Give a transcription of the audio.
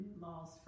laws